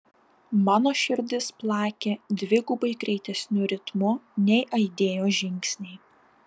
mano širdis plakė dvigubai greitesniu ritmu nei aidėjo žingsniai